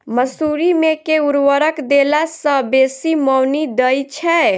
मसूरी मे केँ उर्वरक देला सऽ बेसी मॉनी दइ छै?